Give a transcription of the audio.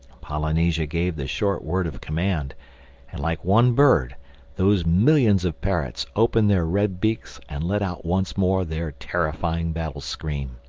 polynesia gave the short word of command and like one bird those millions of parrots opened their red beaks and let out once more their terrifying battle-scream.